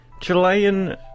Chilean